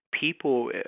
people